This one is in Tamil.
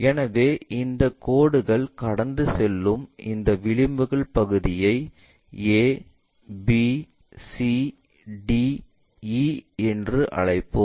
எனவே இந்த கோடுகள் கடந்து செல்லும் இந்த விளிம்புகள் பகுதியை A B C D E என்று அழைப்போம்